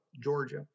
Georgia